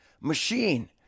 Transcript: Machine